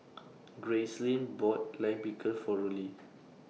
Gracelyn bought Lime Pickle For Rollie